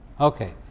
Okay